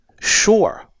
Sure